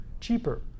cheaper